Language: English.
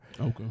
Okay